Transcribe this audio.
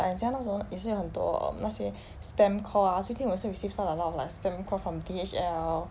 like 我家那时候也是有很多 um 那些 spam call ah 最近我也是 receive 到 a lot like spam call from D_H_L